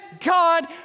God